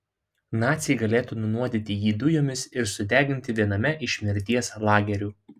naciai galėtų nunuodyti jį dujomis ir sudeginti viename iš mirties lagerių